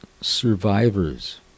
survivors